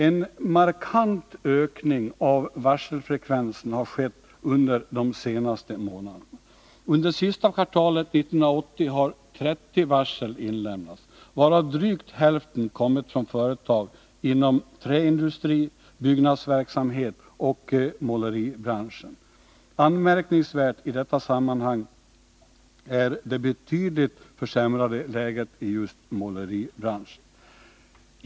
En markant ökning av varselfrekvensen har skett under de senaste månaderna. Under sista kvartalet 1980 har 30 varsel inlämnats, varav drygt hälften kommit från företag inom träindustri, byggnadsverksamhet och måleribranschen. Anmärkningsvärt i detta sammanhang är det betydligt försämrade läget i just måleribranschen.